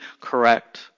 correct